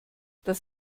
das